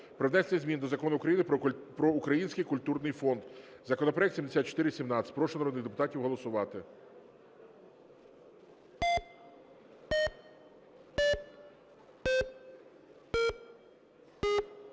про внесення змін до Закону України "Про Український культурний фонд". Законопроект 7417. Прошу народних депутатів голосувати.